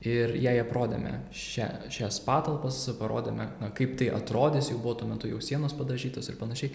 ir jai aprodėme šią šias patalpas parodėme kaip tai atrodys jau buvo tuo metu jau sienos padažytos ir panašiai